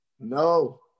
No